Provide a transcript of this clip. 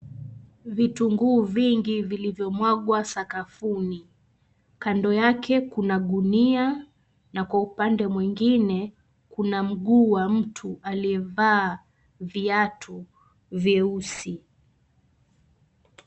Vitungu vingi vilivyo mwagwa sakafuni. Kando yake kuna gunia na kwa upande mwingine kuna mguu wa mtu aliyevaa viatu vyeusi.